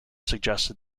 suggested